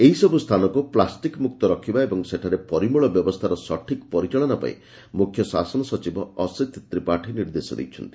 ଏହିସବୁ ସ୍ସାନକୁ ପ୍ଲାଷ୍ଟିକ୍ମୁକ୍ତ ରଖିବା ଏବଂ ସେଠାରେ ପରିମଳ ବ୍ୟବସ୍ଥାର ସଠିକ୍ ପରିଚାଳନା ପାଇଁ ମୁଖ୍ୟ ଶାସନ ସଚିବ ଅଶିତ୍ ତ୍ରିପାଠୀ ନିର୍ଦ୍ଦେଶ ଦେଇଛନ୍ତି